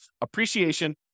appreciation